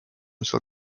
cell